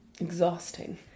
Exhausting